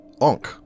onk